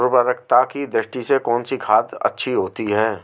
उर्वरकता की दृष्टि से कौनसी खाद अच्छी होती है?